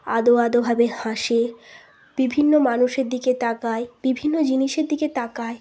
আদো আদোভাবে হাসে বিভিন্ন মানুষের দিকে তাকায় বিভিন্ন জিনিসের দিকে তাকায়